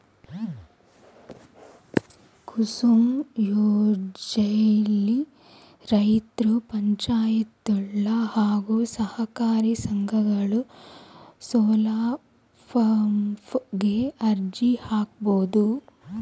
ಕುಸುಮ್ ಯೋಜ್ನೆಲಿ ರೈತ್ರು ಪಂಚಾಯತ್ಗಳು ಹಾಗೂ ಸಹಕಾರಿ ಸಂಘಗಳು ಸೋಲಾರ್ಪಂಪ್ ಗೆ ಅರ್ಜಿ ಹಾಕ್ಬೋದು